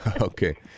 Okay